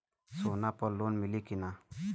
सोना पर लोन मिली की ना?